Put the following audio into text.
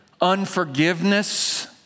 unforgiveness